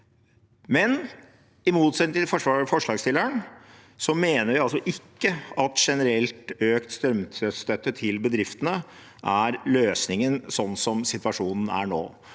USA. I motsetning til forslagsstilleren mener vi at generell økt strømstøtte til bedriftene ikke er løsningen slik situasjonen er nå.